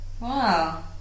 Wow